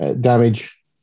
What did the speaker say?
damage